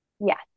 Yes